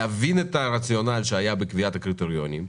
להבין את הרציונל שהיה בקביעת הקריטריונים,